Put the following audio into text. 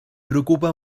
preocupa